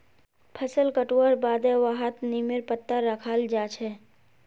फसल कटवार बादे वहात् नीमेर पत्ता रखाल् जा छे